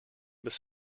bis